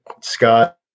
Scott